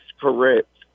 correct